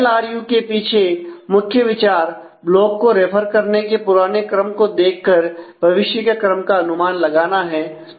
L R U के पीछे मुख्य विचार ब्लॉक को रेफर करने के पुराने क्रम को देखकर भविष्य के क्रम का अनुमान लगाना है